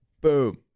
boom